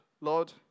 Lord